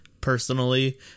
personally